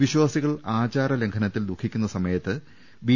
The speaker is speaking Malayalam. വിശ്വാസികൾ ആചാരലംഘന ത്തിൽ ദുഃഖിക്കുന്ന സമയത്ത് ബി